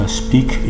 speak